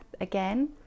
again